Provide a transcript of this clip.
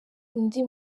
undi